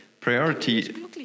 priority